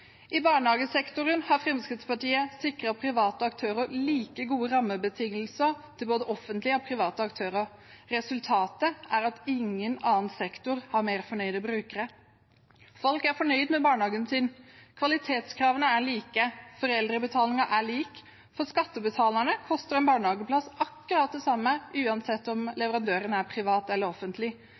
I barnehagesektoren har Fremskrittspartiet sikret like gode rammebetingelser for både offentlige og private aktører. Resultatet er at ingen annen sektor har mer fornøyde brukere. Folk er fornøyd med barnehagen sin. Kvalitetskravene er like. Foreldrebetalingen er lik. For skattebetalerne koster en barnehageplass akkurat det samme uansett om leverandøren er privat eller offentlig,